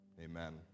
amen